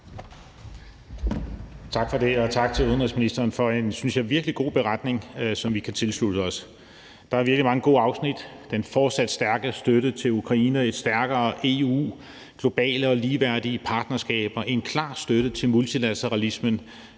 Tak for det, og tak til udenrigsministeren for en, synes jeg, virkelig god redegørelse, som vi kan tilslutte os. Der er virkelig mange gode afsnit: den fortsat stærke støtte til Ukraine, et stærkere EU, globale og ligeværdige partnerskaber, en klar støtte til multilateralismen